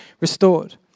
restored